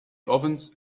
ovens